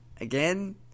again